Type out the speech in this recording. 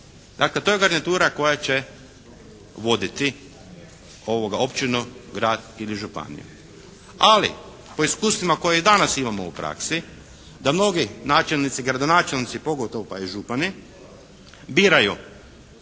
Dakle to je garnitura koja će voditi općinu, grad ili županiju. Ali po iskustvima koje i danas imamo u praksi da mnogi načelnici, gradonačelnici pogotovo pa i župani biraju